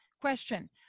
Question